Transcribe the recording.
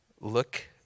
look